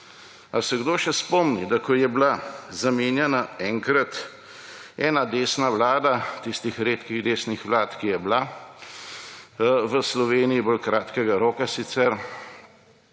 Ali se kdo še spomni, da ko je bila zamenjana enkrat ena desna vlada, tistih redkih desnih vlad, ki je bila v Sloveniji, bolj kratkega roka sicer,